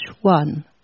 one